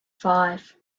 five